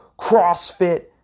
crossfit